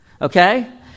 Okay